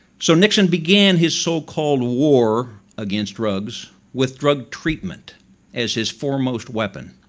so nixon began his so-called war against drugs with drug treatment as his foremost weapon.